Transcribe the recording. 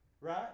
right